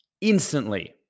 Instantly